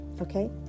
okay